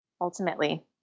ultimately